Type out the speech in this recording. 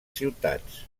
ciutats